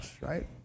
Right